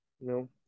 No